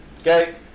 Okay